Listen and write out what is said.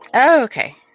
Okay